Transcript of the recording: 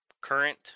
current